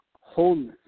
wholeness